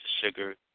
sugar